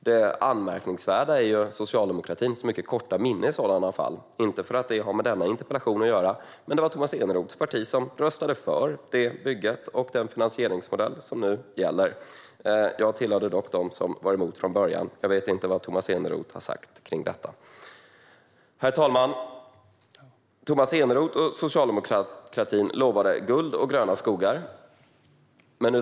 Det anmärkningsvärda är socialdemokratins mycket korta minne i sådana fall - inte för att det har med denna interpellation att göra, men det var Tomas Eneroths parti som röstade för det bygge och den finansieringsmodell som nu gäller. Jag tillhörde dock dem som var emot det hela från början. Jag vet inte vad Tomas Eneroth har sagt om detta. Herr talman! Tomas Eneroth och socialdemokratin lovade guld och gröna skogar.